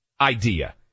idea